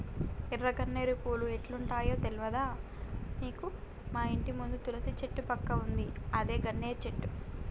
ఎర్ర గన్నేరు పూలు ఎట్లుంటయో తెల్వదా నీకు మాఇంటి ముందు తులసి చెట్టు పక్కన ఉందే అదే గన్నేరు చెట్టు